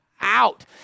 out